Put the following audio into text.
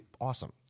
awesome